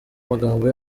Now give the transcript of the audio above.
amagambo